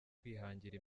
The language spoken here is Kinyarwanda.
kwihangira